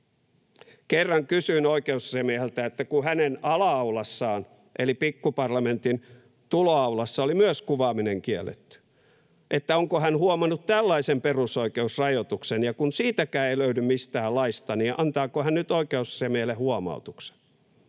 Kerran kysyin oikeusasiamieheltä, että kun hänen ala-aulassaan eli Pikkuparlamentin tuloaulassa oli myös kuvaaminen kielletty, niin onko hän huomannut tällaisen perusoikeusrajoituksen, ja kun siitäkään ei löydy mistään laista, niin antaako hän nyt oikeusasiamiehelle huomautuksen.